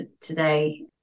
today